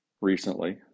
recently